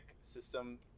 system